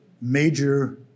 major